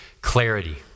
clarity